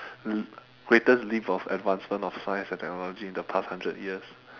l~ greatest leap of advancement of science and technology in the past hundred years